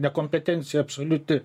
nekompetencija absoliuti